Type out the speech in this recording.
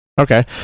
Okay